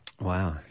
Wow